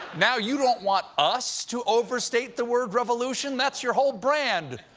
now you don't want us to overstate the word revolution? that's your whole brand.